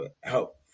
help